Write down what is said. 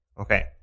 Okay